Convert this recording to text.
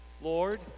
lord